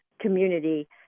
community